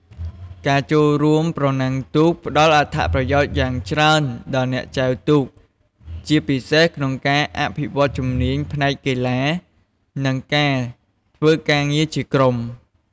ការចូលរួមប្រណាំងទូកផ្ដល់អត្ថប្រយោជន៍យ៉ាងច្រើនដល់អ្នកចែវទូក ជាពិសេសក្នុងការអភិវឌ្ឍជំនាញផ្នែកកីឡា និងការធ្វើការងារជាក្រុម។